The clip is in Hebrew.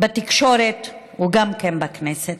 בתקשורת, וגם בכנסת,